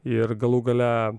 ir galų gale